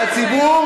והציבור?